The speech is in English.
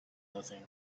nothing